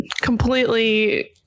completely